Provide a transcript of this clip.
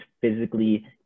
physically